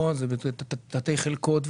לפעמים יש תתי חלקות,